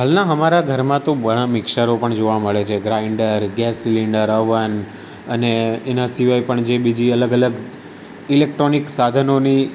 હાલના અમારા ઘરમાં તો ઘણાં મિક્સરો પણ જોવા મળે છે ગ્રાઈન્ડર ગેસ સિલિન્ડર અવન અને એના સિવાય પણ જે બીજી અલગ અલગ ઇલેક્ટ્રોનિક સાધનોની